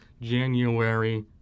January